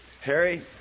Harry